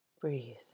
Breathe